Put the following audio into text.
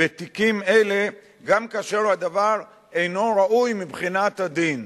בתיקים אלה גם כאשר הדבר אינו ראוי מבחינת הדין,